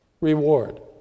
reward